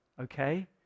okay